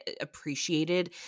appreciated